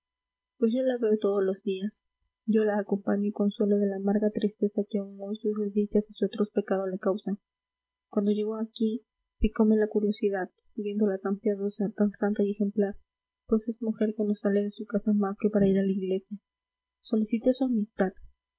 pues yo la veo todos los días yo la acompaño y consuelo de la amarga tristeza que aún hoy sus desdichas y su atroz pecado le causan cuando llegó aquí picome la curiosidad viéndola tan piadosa tan santa y ejemplar pues es mujer que no sale de su casa más que para ir a la iglesia solicité su amistad